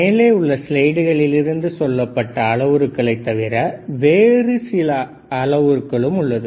மேலே உள்ள ஸ்லைடுகளில் இருந்து சொல்லப்பட்ட அளவுருக்களை தவிர வேறு சில அளவுருக்களும் உள்ளது